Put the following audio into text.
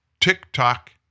TikTok